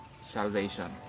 salvation